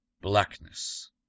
Blackness